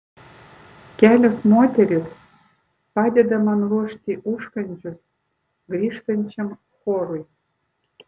kelios moterys padeda man ruošti užkandžius grįžtančiam chorui